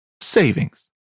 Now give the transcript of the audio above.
savings